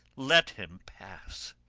let him pass!